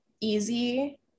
easy